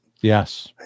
Yes